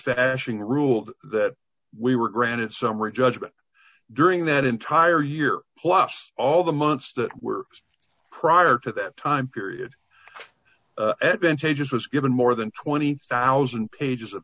the ashing ruled that we were granted summary judgment during that entire year plus all the months that were used prior to that time period advantages was given more than twenty thousand pages of